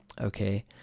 Okay